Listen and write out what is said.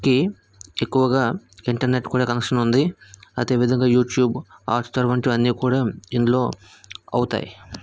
కి ఎక్కువగా ఇంటర్నెట్ కూడా కనెక్షన్ ఉంది అదేవిధంగా యూట్యూబ్ హాట్స్టార్ వంటివి అన్నీ కూడా ఇందులో అవుతాయి